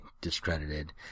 discredited